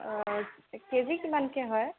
KG কিমানকৈ হয়